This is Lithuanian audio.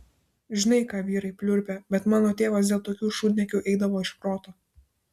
žinai ką vyrai pliurpia bet mano tėvas dėl tokių šūdniekių eidavo iš proto